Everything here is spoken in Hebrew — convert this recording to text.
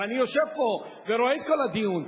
הרי אני יושב פה ורואה את כל הדיון,